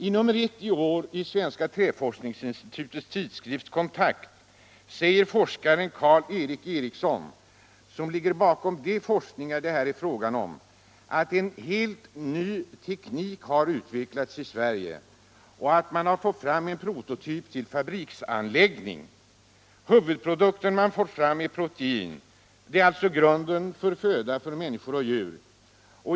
I nr I i år av Svenska träforskningsinstitutets tidskrift Kontakt säger forskaren Karl-Erik Eriksson, som ligger bakom de forskningar det här är fråga om, alt en helt ny teknik har utvecklats i Sverige och att man har fått fram en prototyp till fabriksanläggning. Huvudprodukten man får fram är protein, dvs. grunden för föda för djur och människor.